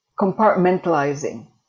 compartmentalizing